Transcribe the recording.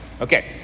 Okay